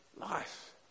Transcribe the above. life